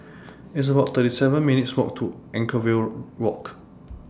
It's about thirty seven minutes' Walk to Anchorvale Walk